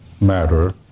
matter